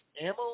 ammo